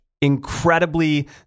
incredibly